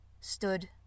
stood